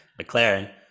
McLaren